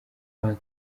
banki